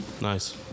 Nice